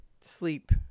sleep